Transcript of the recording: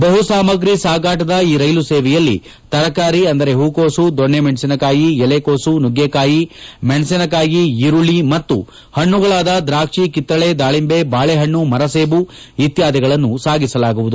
ಬಹು ಸಾಮಗ್ರಿ ಸಾಗಾಟದ ಈ ರೈಲು ಸೇವೆಯಲ್ಲಿ ತರಕಾರಿ ಅಂದರೆ ಹೂಕೋಸು ದೊಣ್ಣಮಣಸಿನಕಾಯಿ ಎಲೆ ಕೋಸು ನುಗ್ಗೆಕಾಯಿ ಮೆಣಸಿನಕಾಯಿ ಈರುಳ್ಳಿ ಮತ್ತು ಹಣ್ಣಗಳಾದ ದ್ರಾಕ್ಷಿ ಕಿತ್ತಲೆ ದಾಳಿಂಬೆ ಬಾಳೆಹಣ್ಣು ಮರಸೇಬು ಇತ್ಯಾದಿಯನ್ನು ಸಾಗಿಸಲಿದೆ